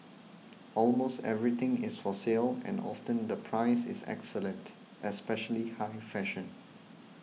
almost everything is for sale and often the price is excellent especially high fashion